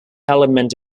element